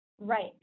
Right